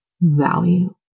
value